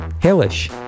Hellish